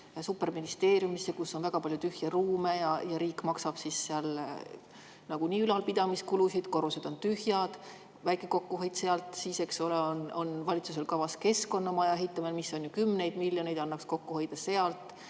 superministeeriumisse, kus on väga palju tühje ruume ja riik maksab nagunii ülalpidamiskulusid, korrused on tühjad – väike kokkuhoid sealt. Siis on valitsusel kavas keskkonnamaja ehitamine, millele [kulub] ju kümneid miljoneid eurosid – annaks kokku hoida sealt.